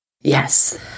yes